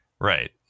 Right